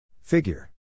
Figure